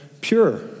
pure